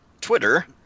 Twitter